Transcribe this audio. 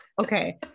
Okay